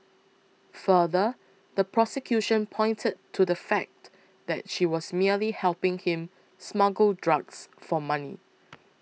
further the prosecution pointed to the fact that she was merely helping him smuggle drugs for money